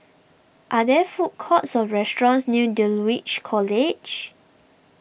are there food courts or restaurants near Dulwich College